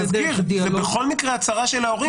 זה בכל מקרה הצהרה של ההורים,